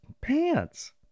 pants